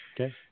Okay